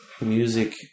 music